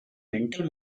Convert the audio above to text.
mental